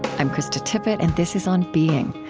i'm krista tippett, and this is on being.